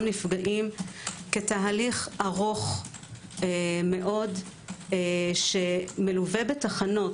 נפגעים כתהליך ארוך מאוד שמלווה בתחנות.